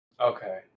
Okay